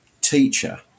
teacher